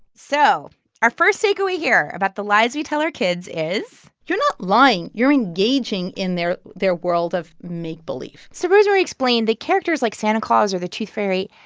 so our first takeaway here about the lies we tell our kids is. you're not lying. you're engaging in their their world of make-believe so rosemarie explained that characters like santa claus or the tooth fairy,